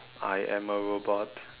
I am a robot